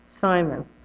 Simon